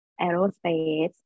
aerospace